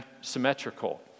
symmetrical